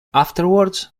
afterwards